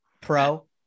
pro